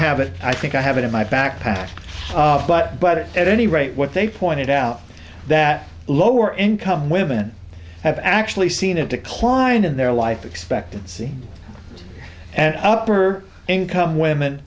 have a i think i have it in my backpack but but at any rate what they pointed out that lower income women have actually seen a decline in their life expectancy and upper income women